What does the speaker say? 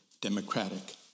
democratic